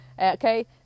Okay